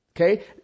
Okay